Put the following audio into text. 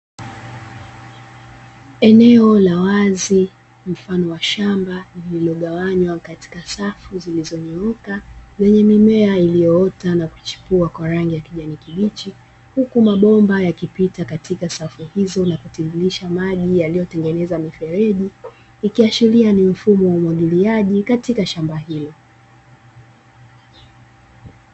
Eneo la wazi mfano wa shamba lililogawanywa katika safu zilizonyooka zenye mimea iliyoota na kuchipua kwa rangi ya kijani kibichi. Huku mabomba yakipita katika safu hizo na kutiririsha maji yaliyotengeneza mifereji ikiashiria ni mfumo wa umwagiliaji katika shamba hilo.